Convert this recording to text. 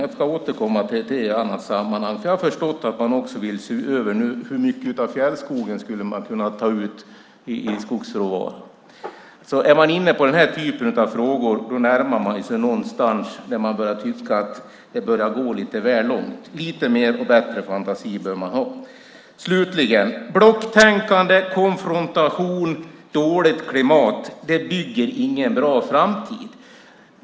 Jag ska återkomma till det i ett annat sammanhang, för jag har förstått att ni nu även vill se över hur mycket av fjällskogen man skulle kunna ta ut i skogsråvara. Är ni inne på det närmar man sig någonstans ett läge där jag tycker att det börjar gå lite väl långt. Lite mer och bättre fantasi bör ni ha. Slutligen: Blocktänkande, konfrontation och dåligt klimat bygger ingen bra framtid.